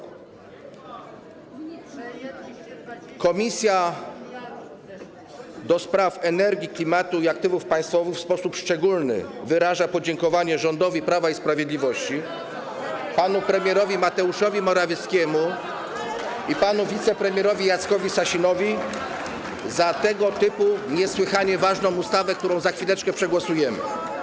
Komisja do Spraw Energii, Klimatu i Aktywów Państwowych w sposób szczególny wyraża podziękowanie rządowi Prawa i Sprawiedliwości, panu premierowi Mateuszowi Morawieckiemu i panu wicepremierowi Jackowi Sasinowi za tego typu niesłychanie ważną ustawę, którą za chwileczkę przegłosujemy.